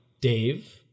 Dave